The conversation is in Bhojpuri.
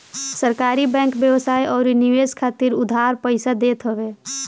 सहकारी बैंक व्यवसाय अउरी निवेश खातिर उधार पईसा देत हवे